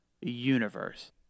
universe